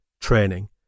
Training